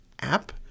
app